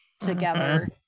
together